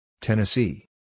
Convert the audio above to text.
Tennessee